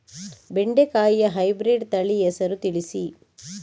ಬೆಂಡೆಕಾಯಿಯ ಹೈಬ್ರಿಡ್ ತಳಿ ಹೆಸರು ತಿಳಿಸಿ?